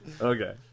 Okay